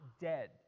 dead